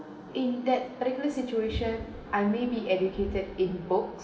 in that particular situation I may be educated in books